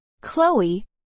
Chloe